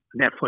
Netflix